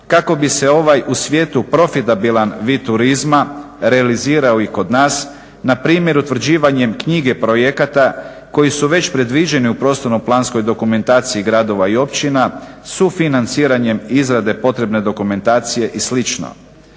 kako bi se ovaj u svijetu profitabilan vid turizma realizirao i kod nas, npr. utvrđivanjem knjige projekata koji su već predviđeni u prostorno-planskoj dokumentaciji gradova i općina, sufinanciranjem izrade potrebne dokumentacije i